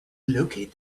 locate